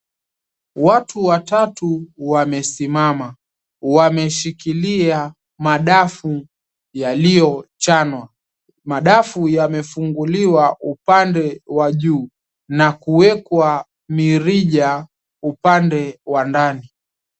Watu watatu wamesimama. Wameshikilia madafu yaliyochanwa. Madafu yamefunguliwa upande wa juu na kuwekwa mirija upande wa ndani.